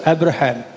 Abraham